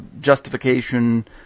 justification